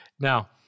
Now